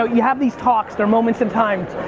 know, you have these talks. they're moments in time.